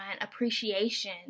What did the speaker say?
appreciation